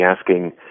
asking